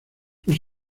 los